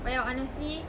well honestly